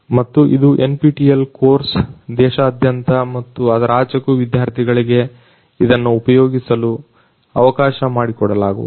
ಮತ್ತು ಇದು NPTEL course ದೇಶದಾದ್ಯಂತ ಮತ್ತು ಅದರಾಚೆಗೂ ವಿದ್ಯಾರ್ಥಿಗಳಿಗೆ ಇದನ್ನ ಉಪಯೋಗಿಸಲು ಅವಕಾಶಮಾಡಲಾಗುವುದು